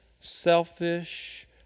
selfish